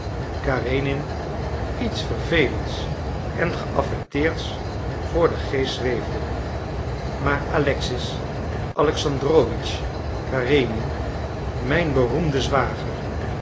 karenin iets vervelends en geaffecteerds voor den geest zweefde maar alexis alexandrowitsch karenin mijn beroemden zwager